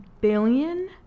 billion